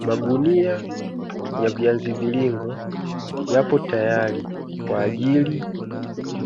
Magunia ya viazi mviringo yapo tayari kwa ajili